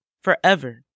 forever